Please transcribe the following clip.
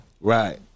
Right